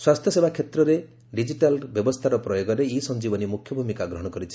ସ୍ୱାସ୍ଥ୍ୟ ସେବା କ୍ଷେତ୍ରରେ ଡିଜିଟାଲ ବ୍ୟବସ୍ଥାର ପ୍ରୟୋଗରେ ଇ ସଂଜୀବନୀ ମୁଖ୍ୟଭୂମିକା ଗ୍ରହଣ କରିଛି